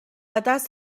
دست